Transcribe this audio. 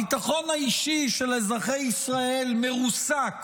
הביטחון האישי של אזרחי ישראל מרוסק